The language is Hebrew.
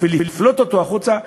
ולפלוט אותו החוצה,